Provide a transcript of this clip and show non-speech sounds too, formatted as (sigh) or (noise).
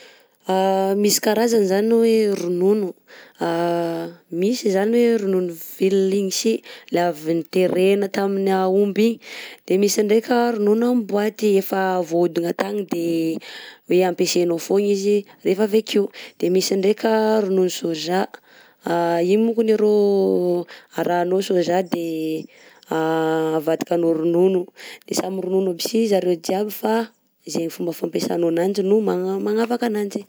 (hesitation) Misy karazana zany hoe ronono, (hesitation) misy zany hoe ronono viligna igny sy le avy niterena tamin'ny aomby igny, de misy ndreka ronono amin'ny boîte efa vaohodigna tagny de hoe ampesenao fogna izy rehefa avy akio, de misy ndreka a ronono saoza a igny mokony arao arahanao saoza de (hesitation) avadikanao ronono de samy ronono aby sy zareo jiaby fa zegny fomba fampesanao ananjy no magnamagnavaka ananjy.